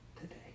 today